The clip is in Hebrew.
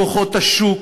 כוחות השוק,